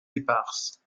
éparses